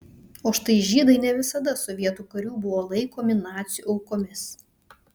o štai žydai ne visada sovietų karių buvo laikomi nacių aukomis